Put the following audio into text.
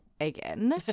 again